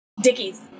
Dickie's